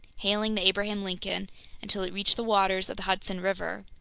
hailing the abraham lincoln until it reached the waters of the hudson river,